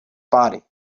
body